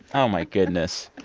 oh, my goodness.